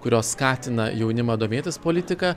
kurios skatina jaunimą domėtis politika